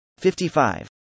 55